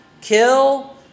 kill